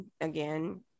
again